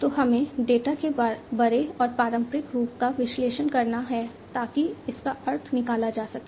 तो हमें डेटा के बड़े और पारंपरिक रूपों का विश्लेषण करना है ताकि इसका अर्थ निकाला जा सके